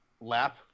lap